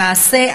למעשה,